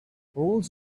rules